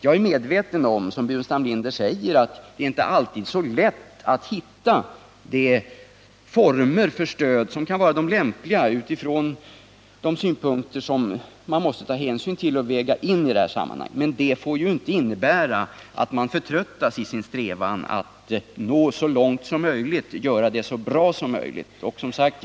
Jag är medveten om att det inte alltid är så lätt att hitta lämpliga former för stöd, men det får inte innebära att man förtröttas i sin strävan att göra det så bra som möjligt.